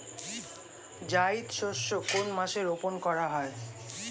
জায়িদ শস্য কোন মাসে রোপণ করা হয়?